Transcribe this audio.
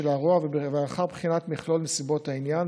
ולאחר בחינת מכלול נסיבות העניין.